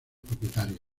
propietarios